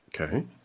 Okay